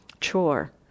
chore